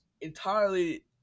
entirely